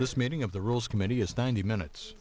this meeting up the rules committee is ninety minutes